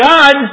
God